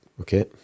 Okay